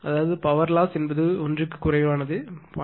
அதாவது ploss என்பது ஒன்றுக்கு குறைவானது 0